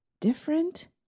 different